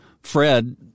Fred